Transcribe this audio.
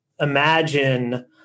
imagine